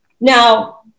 Now